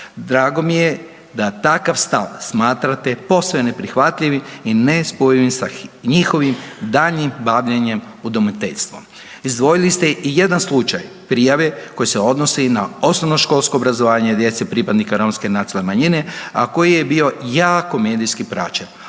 Drago mi je da takav stav smatrate posve neprihvatljivim i nespojivim sa njihovim daljnjim bavljenjem udomiteljstvom. Izdvojili ste i jedan slučaj prijave koji se odnosi na osnovnoškolsko obrazovanje djece pripadnika romske nacionalne manjine, a koji je bio jako medijski praćen.